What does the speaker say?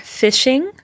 fishing